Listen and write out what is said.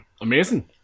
amazing